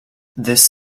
this